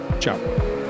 Ciao